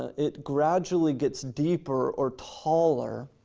it gradually gets deeper or taller.